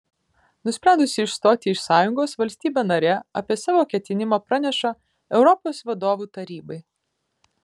nusprendusi išstoti iš sąjungos valstybė narė apie savo ketinimą praneša europos vadovų tarybai